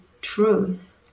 truth